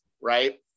Right